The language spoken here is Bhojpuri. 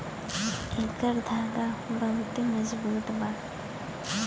एकर धागा बहुते मजबूत बा